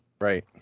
Right